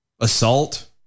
assault